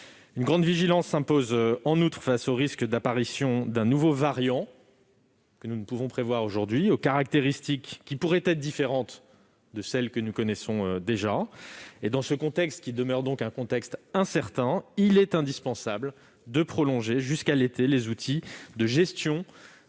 une grande vigilance s'impose face au risque d'apparition d'un nouveau variant, que nous ne pouvons prévoir aujourd'hui, et dont les caractéristiques pourraient être différentes de celles que nous connaissons déjà. Dans ce contexte qui demeure donc incertain, il est indispensable de prolonger, jusqu'à l'été, les outils de gestion